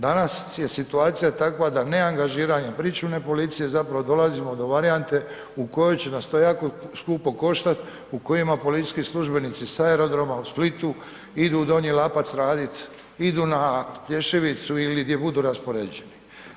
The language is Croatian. Danas je situacija takva da neangažiranjem pričuvne policije zapravo dolazimo do varijante u kojoj će nas to jako skupo koštat, u kojima policijski službenici s aerodroma u Splitu idu u Donji Lapac radit, idu na Plješevicu ili gdje budu raspoređeni.